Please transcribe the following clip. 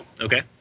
Okay